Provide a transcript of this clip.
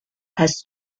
has